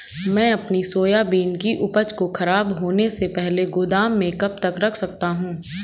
मैं अपनी सोयाबीन की उपज को ख़राब होने से पहले गोदाम में कब तक रख सकता हूँ?